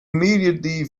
immediately